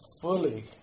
fully